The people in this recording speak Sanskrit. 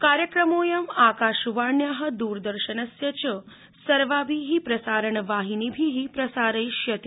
कार्यक्रमोऽयम् आकाशवाण्या द्रदर्शनस्य च सर्वाभि प्रसारण वाहिनीभि प्रसारयिष्यते